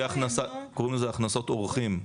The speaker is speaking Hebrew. קוראים לזה הכנסות אורחים.